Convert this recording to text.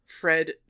Fred